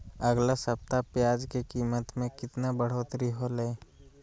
अगला सप्ताह प्याज के कीमत में कितना बढ़ोतरी होलाय?